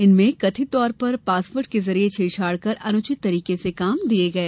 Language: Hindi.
इसमें कथित तौर पर पासवर्ड के जरिए छेड़छाड़ कर अनुचित तरीके से काम दिए गए